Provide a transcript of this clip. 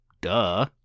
Duh